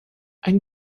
ein